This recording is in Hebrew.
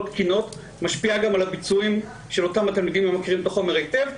תקינות משפיעה גם על הביצועים של התלמידים שמכירים את החומר היטב?